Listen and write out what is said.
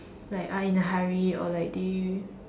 like are in a hurry or like they